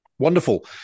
Wonderful